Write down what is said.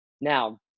Now